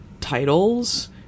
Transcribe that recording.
titles